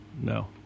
no